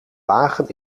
wagen